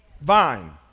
vine